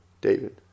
David